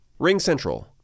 RingCentral